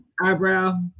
eyebrow